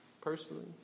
personally